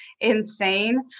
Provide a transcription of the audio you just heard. insane